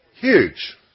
huge